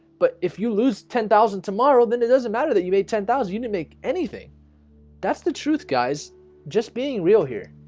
but if you lose ten thousand tomorrow, then it doesn't matter that you made ten thousand. you didn't make anything that's the truth guys just being real here.